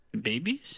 Babies